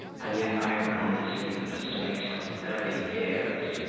and yet i have gone to sea for the space of thirty years.